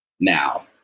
Now